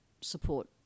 support